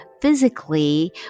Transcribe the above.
physically